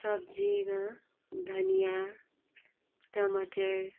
सब्जीमा धनिया टमाटर